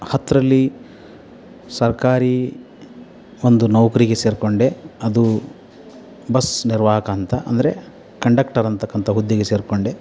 ಹತ್ತರಲ್ಲಿ ಸರ್ಕಾರಿ ಒಂದು ನೌಕರಿಗೆ ಸೇರಿಕೊಂಡೆ ಅದು ಬಸ್ ನಿರ್ವಾಹಕ ಅಂತ ಅಂದರೆ ಕಂಡಕ್ಟರ್ ಅಂತಕ್ಕಂತ ಹುದ್ದೆಗೆ ಸೇರಿಕೊಂಡೆ